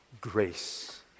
grace